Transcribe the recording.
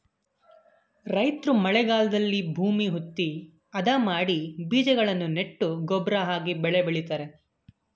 ರೈತ್ರು ಮಳೆಗಾಲದಲ್ಲಿ ಭೂಮಿ ಹುತ್ತಿ, ಅದ ಮಾಡಿ ಬೀಜಗಳನ್ನು ನೆಟ್ಟು ಗೊಬ್ಬರ ಹಾಕಿ ಬೆಳೆ ಬೆಳಿತರೆ